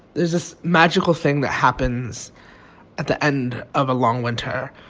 there's this magical thing that happens at the end of a long winter,